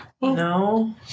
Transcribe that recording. no